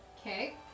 Okay